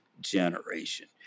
generation